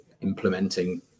implementing